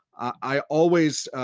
i always